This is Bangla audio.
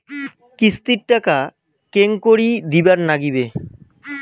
কিস্তির টাকা কেঙ্গকরি দিবার নাগীবে?